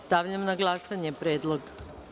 Stavljam na glasanje ovaj predlog.